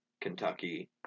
Kentucky